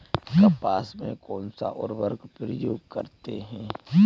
कपास में कौनसा उर्वरक प्रयोग करते हैं?